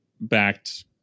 backed